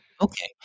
Okay